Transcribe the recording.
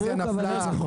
הרביזיה נפלה.